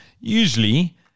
usually